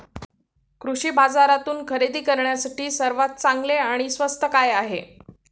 कृषी बाजारातून खरेदी करण्यासाठी सर्वात चांगले आणि स्वस्त काय आहे?